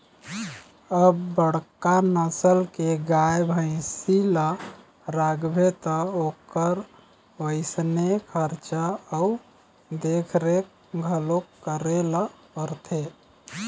अब बड़का नसल के गाय, भइसी ल राखबे त ओखर वइसने खरचा अउ देखरेख घलोक करे ल परथे